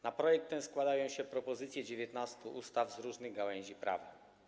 Na projekt ten składają się propozycje zmian 19 ustaw z różnych gałęzi prawa.